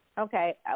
Okay